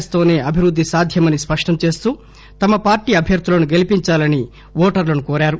yes తోనే అభివృద్ది సాధ్యమని స్పష్టం చేస్తూ ఆయన తమ పార్టీ అభ్యర్గులను గెలిపించాలని ఓటర్లను కోరారు